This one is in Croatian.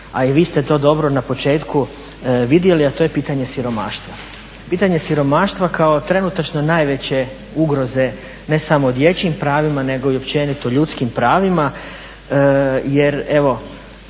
a i vi ste to dobro na početku vidjeli, a to je pitanje siromaštva. Pitanje siromaštva kao trenutačno najveće ugroze ne samo dječjim pravima nego i općenito ljudskim pravima jer evo